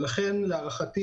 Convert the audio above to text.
להערכתי,